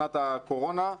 שנת הקורונה,